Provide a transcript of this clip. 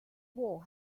war